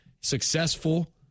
successful